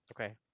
Okay